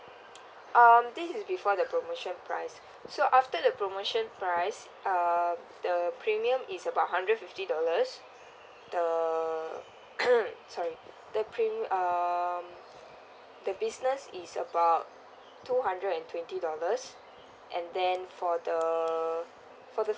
um this is before the promotion price so after the promotion price uh the the premium is about hundred fifty dollars the sorry the premium um the business is about two hundred and twenty dollars and then for the for the